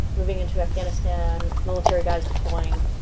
moving into afghanistan, military guys deploying,